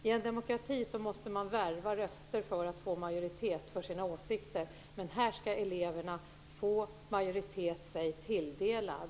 I en demokrati måste man värva röster för att få majoritet för sina åsikter, men här skall eleverna få majoritet sig tilldelad.